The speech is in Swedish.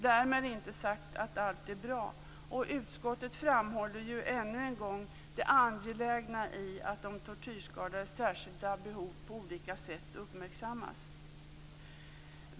Därmed har jag inte sagt att allt är bra. Utskottet framhåller ännu en gång det angelägna i att de tortyrskadades särskilda behov på olika sätt uppmärksammas.